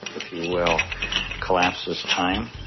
if you will collapses time,